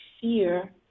fear